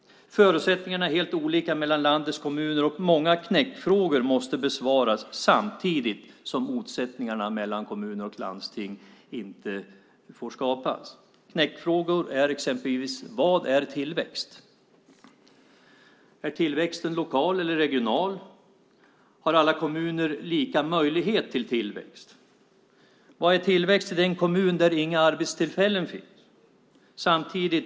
Förutsättningarna är helt olika mellan landets kommuner, och många knäckfrågor måste besvaras samtidigt som motsättningar mellan kommuner och landsting inte får skapas. Knäckfrågor är exempelvis vad som är tillväxt. Är tillväxten lokal eller regional? Har alla kommuner lika möjlighet till tillväxt? Vad är tillväxt i den kommun där inga arbetstillfällen finns?